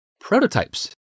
Prototypes